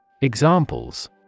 Examples